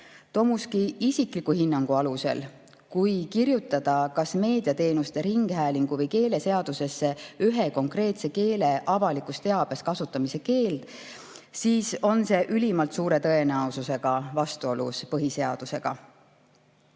Tomuski isikliku hinnangu alusel, kui kirjutada kas meediateenuste, rahvusringhäälingu või keeleseadusesse ühe konkreetse keele avalikus teabes kasutamise keeld, siis on see ülimalt suure tõenäosusega vastuolus põhiseadusega.